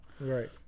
Right